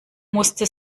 musste